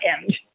end